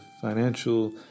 financial